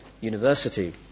University